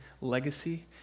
legacy